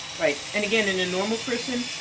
right. and again, in a normal person,